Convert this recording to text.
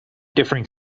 differing